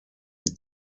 die